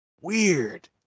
weird